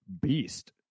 beast